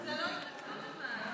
יש לך עשר דקות.